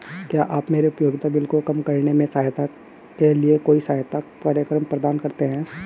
क्या आप मेरे उपयोगिता बिल को कम करने में सहायता के लिए कोई सहायता कार्यक्रम प्रदान करते हैं?